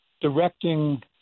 directing